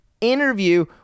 interview